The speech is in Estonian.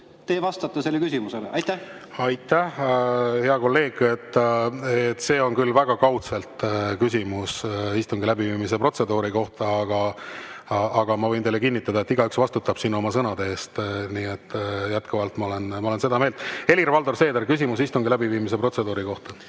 teie vastate sellele küsimusele? Aitäh, hea kolleeg! See on küll väga kaudselt küsimus istungi läbiviimise protseduuri kohta. Aga ma võin teile kinnitada, et igaüks vastutab siin oma sõnade eest. Ma olen jätkuvalt seda meelt. Helir-Valdor Seeder, küsimus istungi läbiviimise protseduuri kohta.